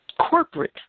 Corporate